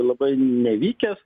labai nevykęs